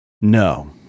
No